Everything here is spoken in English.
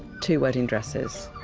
two wedding dresses,